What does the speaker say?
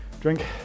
drink